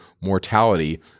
mortality